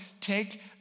take